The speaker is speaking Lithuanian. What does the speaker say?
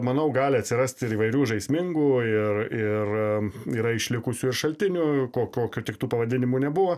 manau gali atsirasti ir įvairių žaismingų ir ir yra išlikusių ir šaltinių ko kokių tik tų pavadinimų nebuvo